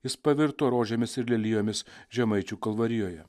jis pavirto rožėmis ir lelijomis žemaičių kalvarijoje